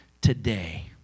today